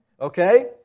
Okay